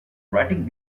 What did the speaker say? writing